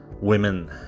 women